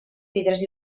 pedres